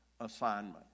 assignment